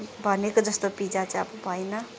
भनेको जस्तो पिज्जा चाहिँ अब भएन